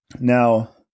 Now